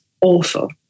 awful